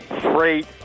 freight